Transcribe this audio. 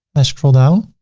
i scroll down,